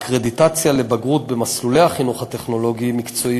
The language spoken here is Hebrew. הקרדיטציה לבגרות במסלולי הטכנולוגי-מקצועי